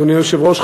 אדוני היושב-ראש,